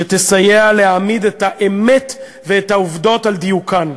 שתסייע להעמיד את האמת ואת העובדות על דיוקן,